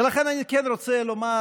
ולכן אני כן רוצה לומר,